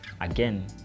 again